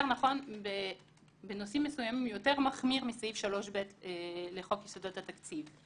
נכון שההסדר בנושאים מסוימים יותר מחמיר מסעיף 3ב לחוק יסודות התקציב.